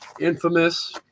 infamous